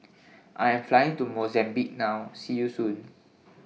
I Am Flying to Mozambique now See YOU Soon